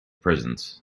prisons